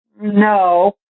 No